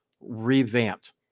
revamped